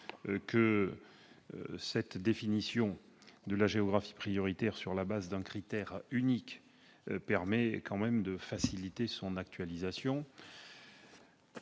que cette définition de la géographie prioritaire sur la base d'un critère unique permet tout de même de faciliter son actualisation.